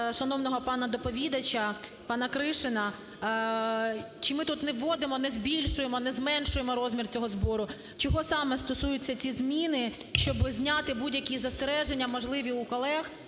шановного пана доповідача, пана Кришина. Чи ми тут не вводимо, не збільшуємо, не зменшуємо розмір цього збору? Чого саме стосуються ці зміни, щоб зняти будь-які застереження можливі у колег,